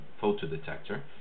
photodetector